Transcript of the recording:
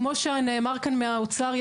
כמו שנאמר כאן מהאוצר,